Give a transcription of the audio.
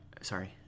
sorry